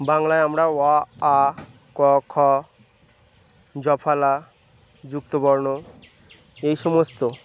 বাংলায় আমরা অ আ ক খ য ফলা যুক্ত বর্ণ এই সমস্ত